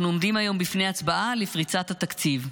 עומדים היום בפני הצבעה לפריצת התקציב.